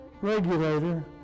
regulator